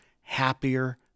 happier